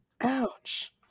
Ouch